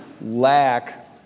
lack